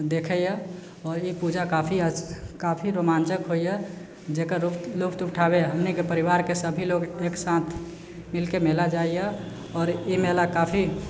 देखैए आओर ई पूजा काफी रोमाञ्चक होइए जकर रुत्फ लुत्फ उठाबे हमनीके परिवारके सभी लोक एकसाथ मिलके मेला जाइए आओर ई मेला काफी